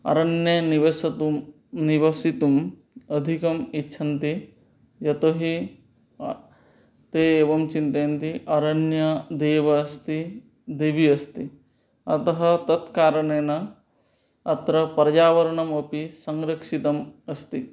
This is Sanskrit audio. अरण्ये निवसतुं निवसितुम् अधिकम् इच्छन्ति यतो हि ते एवं चिन्तयन्ति अरण्यं देवः अस्ति देवी अस्ति अतः तत् कारणेन अत्र पर्यावरणम् अपि संरक्षितम् अस्ति